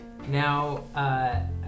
Now